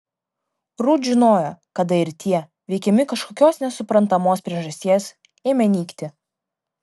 rut žinojo kada ir tie veikiami kažkokios nesuprantamos priežasties ėmė nykti